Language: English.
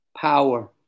power